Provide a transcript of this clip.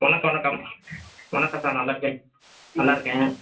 வணக்கம் வணக்கம் வணக்கம் சார் நல்லாருக்கே நல்லாருக்கேன்